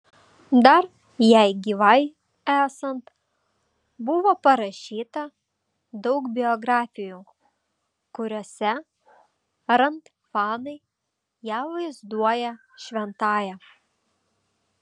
dar jai gyvai esant buvo parašyta daug biografijų kuriose rand fanai ją vaizduoja šventąja